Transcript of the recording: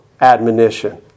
admonition